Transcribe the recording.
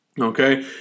Okay